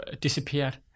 disappeared